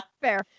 Fair